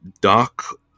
Doc